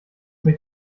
mich